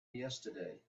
yesterday